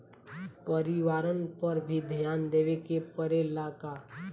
परिवारन पर भी ध्यान देवे के परेला का?